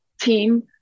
team